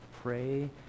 Pray